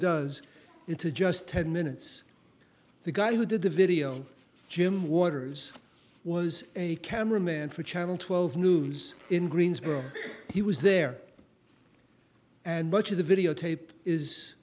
does it to just ten minutes the guy who did the video on jim waters was a camera man for channel twelve noon in greensburg he was there and much of the videotape is